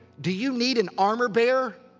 do you need an armor bearer?